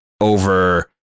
over